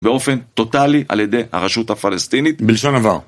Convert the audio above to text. באופן טוטאלי, על ידי הרשות הפלסטינית, בלשון עבר.